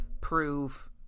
prove